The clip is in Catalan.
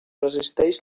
resisteix